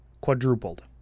quadrupled